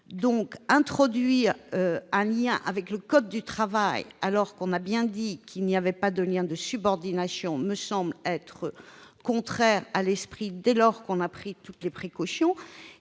Introduire un lien avec le code du travail, alors que l'on a bien dit qu'il n'y avait pas de lien de subordination, me semble contraire à l'esprit du dispositif, dès lors que l'on a pris toutes les précautions.